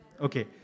Okay